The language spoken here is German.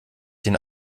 den